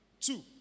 Two